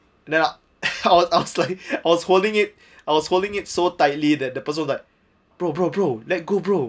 then I I was I was like was holding it I was holding it so tightly that the person was like bro bro bro let go bro